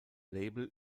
label